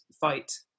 fight